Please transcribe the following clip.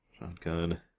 Shotgun